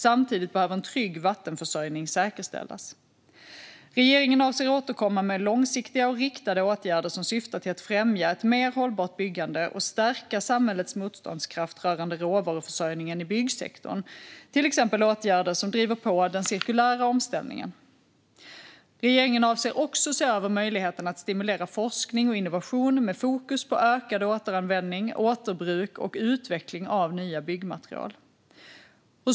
Samtidigt behöver en trygg vattenförsörjning säkerställas. Regeringen avser att återkomma med långsiktiga och riktade åtgärder som syftar till att främja ett mer hållbart byggande och stärka samhällets motståndskraft rörande råvaruförsörjningen i byggsektorn, till exempel åtgärder som driver på den cirkulära omställningen. Regeringen avser också att se över möjligheten att stimulera forskning och innovation med fokus på ökad återanvändning, återbruk och utveckling av nya byggmaterial.